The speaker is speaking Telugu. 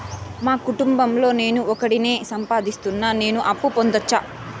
మా కుటుంబం లో నేను ఒకడినే సంపాదిస్తున్నా నేను అప్పు పొందొచ్చా